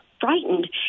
Frightened